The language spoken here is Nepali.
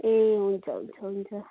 ए हुन्छ हुन्छ हुन्छ